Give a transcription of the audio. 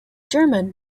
german